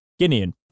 Guinean